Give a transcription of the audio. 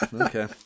Okay